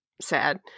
sad